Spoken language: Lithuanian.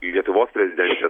lietuvos prezidentė